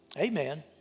Amen